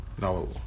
No